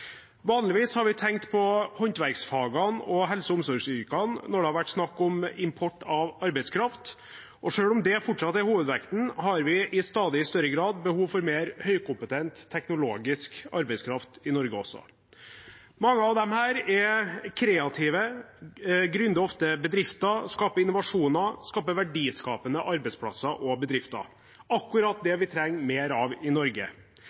Vanligvis har vi tenkt på håndverksfagene og helse- og omsorgsyrkene når det har vært snakk om import av arbeidskraft. Selv om det fortsatt er hovedvekten, har vi i stadig større grad også behov for mer høykompetent teknologisk arbeidskraft i Norge. Mange av disse er kreative; de gründer ofte bedrifter, skaper innovasjoner, skaper verdiskapende arbeidsplasser og bedrifter – akkurat det vi trenger mer av i Norge.